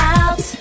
out